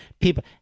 People